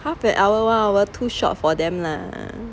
half an hour one hour too short for them lah